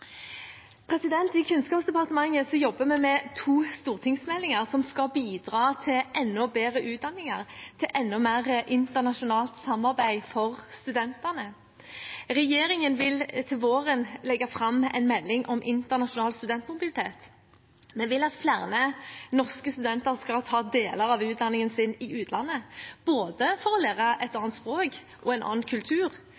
bidra til enda bedre utdanninger og til enda mer internasjonalt samarbeid for studentene. Regjeringen vil til våren legge fram en melding om internasjonal studentmobilitet. Vi vil at flere norske studenter skal ta deler av utdanningen sin i utlandet, både for at de skal lære et